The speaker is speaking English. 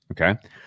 Okay